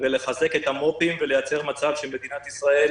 לחזק את המו"פים ולייצר מצב שמדינת ישראל